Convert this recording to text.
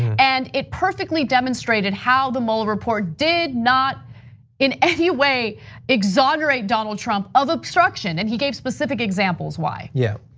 and it perfectly demonstrated how the mueller report did not in any way exonerate donald trump of obstruction, and he gave specific examples why yeah,